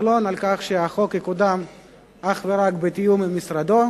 כחלון שהחוק יקודם אך ורק בתיאום עם משרדו.